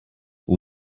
all